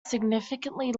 significantly